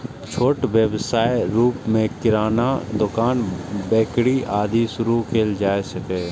छोट व्यवसायक रूप मे किरानाक दोकान, बेकरी, आदि शुरू कैल जा सकैए